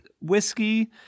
whiskey